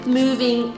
moving